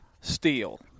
steel